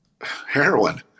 Heroin